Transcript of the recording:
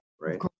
right